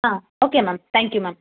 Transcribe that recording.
okay ma'am thank you ma'am